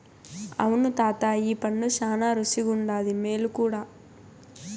అవును తాతా ఈ పండు శానా రుసిగుండాది, మేలు కూడా